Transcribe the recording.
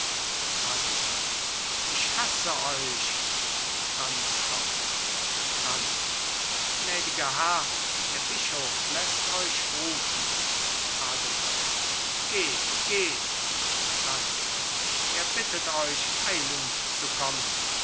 adelheid ich hasse euch franz kommt franz gnädiger herr der bischof läßt euch rufen adelheid geht geht franz er bittet euch eilend zu kommen